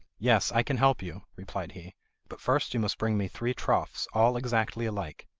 yes, i can help you replied he but first you must bring me three troughs, all exactly alike.